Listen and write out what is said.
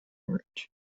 ridge